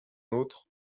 autre